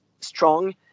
strong